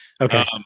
Okay